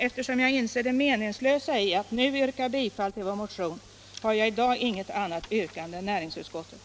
Eftersom jag inser det meningslösa i att nu yrka bifall till vår motion har jag i dag inget annat yrkande än näringsutskottets.